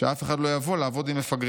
שאף אחד לא יבוא לעבוד עם מפגרים.